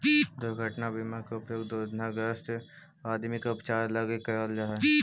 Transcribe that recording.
दुर्घटना बीमा के उपयोग दुर्घटनाग्रस्त आदमी के उपचार लगी करल जा हई